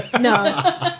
No